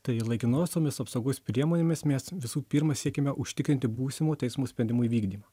tai laikinosiomis apsaugos priemonėmis mes visų pirma siekiame užtikrinti būsimo teismo sprendimo įvykdymą